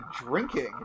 drinking